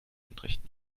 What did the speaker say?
entrichten